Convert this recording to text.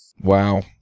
Wow